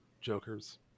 Jokers